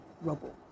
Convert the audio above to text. rubble